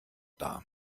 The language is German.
dar